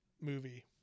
movie